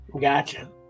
gotcha